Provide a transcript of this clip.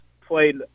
played